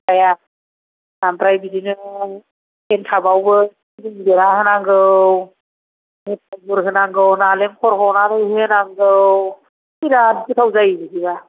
फिथाया आमफ्राय बिदिनो एन्थाबावबो सिबिं देना होनांगौ मेथाइ गुर हौनांगौ नालेंखर हनानै होनांगौ बिराद गोथाव जायो बिदिब्ला